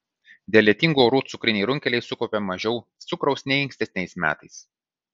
dėl lietingų orų cukriniai runkeliai sukaupė mažiau cukraus nei ankstesniais metais